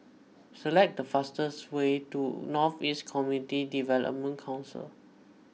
select the fastest way to North East Community Development Council